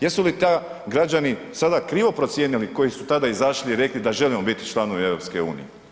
Jesu li tad građani sada krivo procijenili koji su tada izašli i rekli da želimo biti članovi EU?